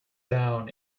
down